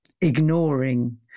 ignoring